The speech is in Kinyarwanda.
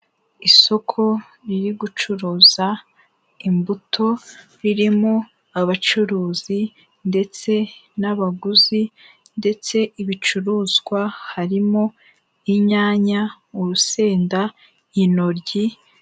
Isoko riri gucuruza imbuto, ririmo abacuruzi ndetse n'abaguzi ndetse ibicuruzwa harimo inyanya, urusenda, intoryi.